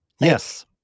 Yes